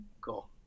Cool